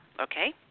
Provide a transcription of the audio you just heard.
okay